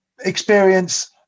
experience